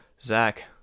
Zach